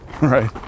Right